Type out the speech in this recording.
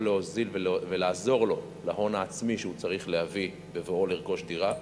זה יכול להוזיל ולעזור לו להון העצמי שהוא צריך להביא בבואו לרכוש דירה,